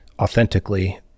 authentically